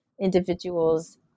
individuals